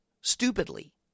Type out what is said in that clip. stupidly